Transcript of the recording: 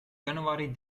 januari